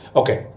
okay